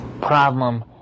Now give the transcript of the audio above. problem